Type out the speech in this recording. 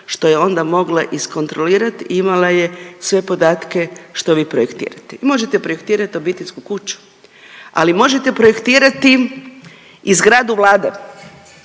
što je onda mogla iskontrolirat i imala je sve podatke što vi projektirate. Možete projektirat obiteljsku kuću, ali možete projektirati i zgradu Vlade,